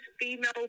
female